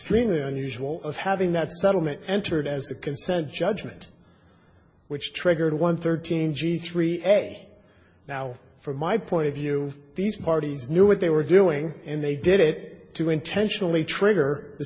unusual of having that settlement entered as a consent judgment which triggered one thirteen g three f a now from my point of view these parties knew what they were doing and they did it to intentionally trigger the